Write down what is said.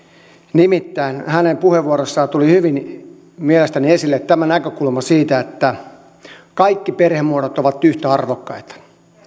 nimittäin hänen puheenvuorossaan tuli mielestäni hyvin esille näkökulma siitä että kaikki perhemuodot ovat yhtä arvokkaita